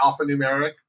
alphanumeric